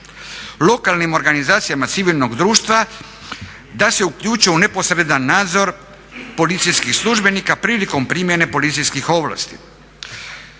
lokalnim organizacijama civilnog društva da se uključe u neposredan nadzor policijskih službenika prilikom primjene policijskih ovlasti.